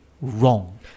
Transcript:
wrong